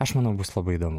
aš manau bus labai įdomu